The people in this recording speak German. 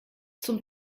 zum